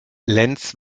lenz